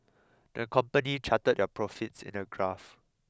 the company charted their profits in a graph